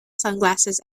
sunglasses